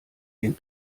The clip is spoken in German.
den